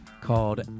called